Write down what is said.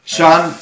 Sean